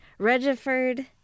Regiford